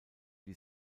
die